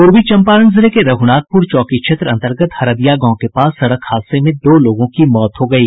पूर्वी चंपारण जिले के रघ्नाथपूर चौकी क्षेत्र अंतर्गत हरदिया गांव के पास सड़क हादसे में दो लोगों की मौत हो गयी